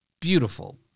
beautiful